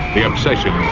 the obsessions